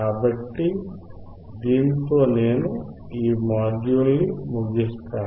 కాబట్టి దీనితో నేను ఈ మాడ్యూల్ ని ముగిస్తాను